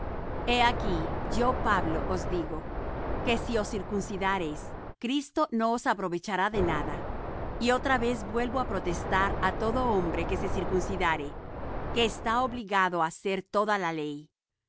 he aquí yo pablo os digo que si os circuncidareis cristo no os aprovechará nada y otra vez vuelvo á protestar á todo hombre que se circuncidare que está obligado á hacer toda la ley